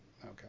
Okay